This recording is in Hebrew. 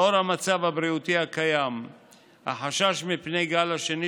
לאור המצב הבריאותי הקיים והחשש מפני הגל השני